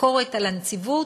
ביקורת על הנציבות,